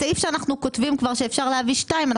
בסעיף שאנחנו כותבים כבר שאפשר להביא שתיים,